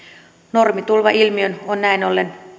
normitulvailmiöön on näin ollen